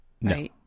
No